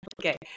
Okay